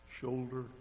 shoulder